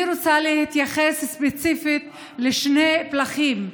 אני רוצה להתייחס ספציפית לשני פלחים: